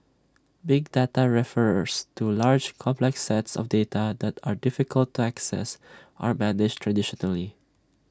big data refers to large complex sets of data that are difficult to access or manage traditionally